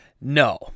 No